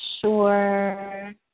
sure